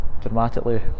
dramatically